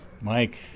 Mike